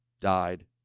died